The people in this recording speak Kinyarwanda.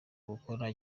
gukora